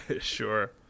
Sure